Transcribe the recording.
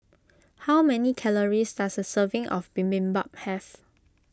how many calories does a serving of Bibimbap have